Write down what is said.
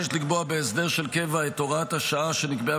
-- בהסדר של קבע את הוראת השעה שנקבעה